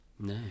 No